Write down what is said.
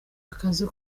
akazi